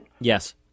Yes